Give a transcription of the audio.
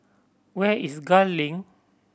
where is Gul Link